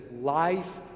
life